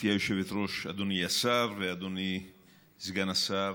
גברתי היושבת-ראש, אדוני השר ואדוני סגן השר,